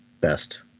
best